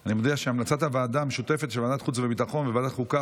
המלצת הוועדה המשותפת של ועדת החוץ והביטחון וועדת החוקה,